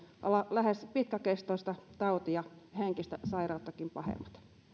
lähes pitkäkestoista tautia ja henkistä sairauttakin pahemmat